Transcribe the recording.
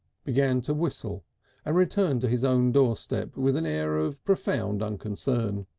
began to whistle and returned to his own doorstep with an air of profound unconcern.